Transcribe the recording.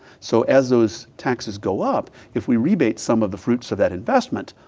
so as those taxes go up, if we rebate some of the fruits of that investment,